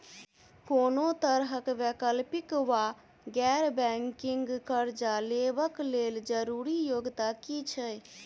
कोनो तरह कऽ वैकल्पिक वा गैर बैंकिंग कर्जा लेबऽ कऽ लेल जरूरी योग्यता की छई?